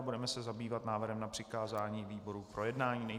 Budeme se zabývat návrhem na přikázání výboru k projednání.